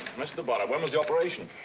mr. butter, when was the operation?